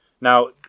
Now